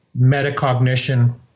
metacognition